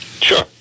Sure